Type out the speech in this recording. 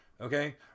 Okay